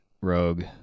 Rogue